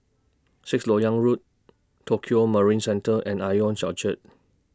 Sixth Lok Yang Road Tokio Marine Centre and Ion Orchard